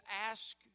ask